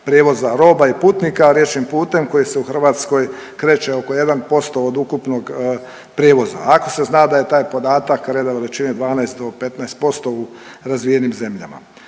prijevoza roba i putnika riječnim putem koji se u Hrvatskoj kreće oko 1% od ukupnog prijevoza. Ako se zna da je taj podatak .../Govornik se ne razumije./... 12 do 15% u razvijenim zemljama.